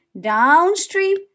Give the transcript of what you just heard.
downstream